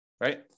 right